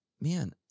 man